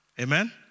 Amen